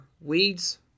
weeds